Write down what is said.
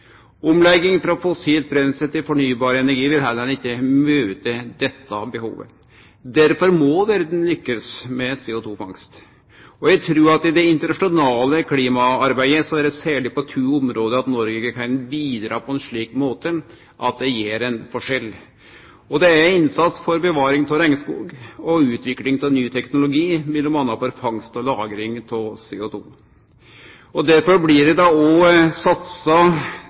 Omlegging frå fossilt brensel til fornybar energi vil heller ikkje møte dette behovet. Derfor må verda lykkast med CO2-fangst. Eg trur at det i det internasjonale klimaarbeidet er særleg på to område Noreg kan bidra på ein slik måte at det gjer ein forskjell. Det er innsats for bevaring av regnskog og utvikling av ny teknologi m.a. for fangst og lagring av CO2. Derfor blir det òg satsa